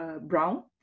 brown